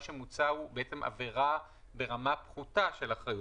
מה שמוצע זו עבירה ברמה פחותה של אחריות,